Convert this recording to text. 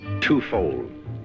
twofold